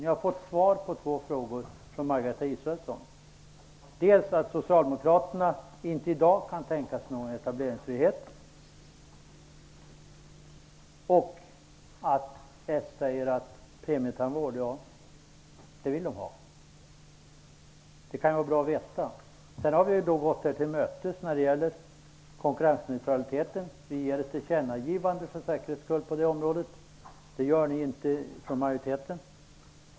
Ni har fått svar på två frågor från Margareta Israelsson, dels att Socialdemokraterna inte i dag kan tänka sig en etableringsfrihet, dels att Socialdemokraterna säger att de vill ha premietandvård. Det kan vara bra att veta. Vi har gått er till mötes när det gäller konkurrensneutraliteten. Vi föreslår ett tillkännagivande för säkerhets skull på det området. Det gör inte ni i majoriteten.